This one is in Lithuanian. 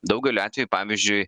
daugeliu atvejų pavyzdžiui